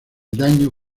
daño